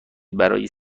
برای